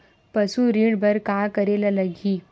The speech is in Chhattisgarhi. पशु ऋण बर का करे ला लगही?